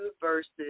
verses